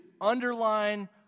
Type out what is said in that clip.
underline